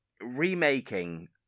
Remaking